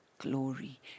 Glory